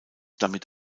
damit